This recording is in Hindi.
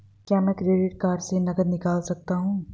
क्या मैं क्रेडिट कार्ड से नकद निकाल सकता हूँ?